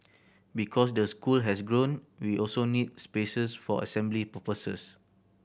because the school has grown we also need spaces for assembly purposes